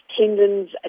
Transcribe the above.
tendons